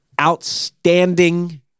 Outstanding